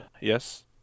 yes